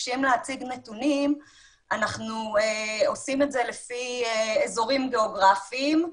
מתבקשים להציג נתונים אנחנו עושים את זה לפי אזורים גיאוגרפיים,